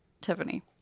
Tiffany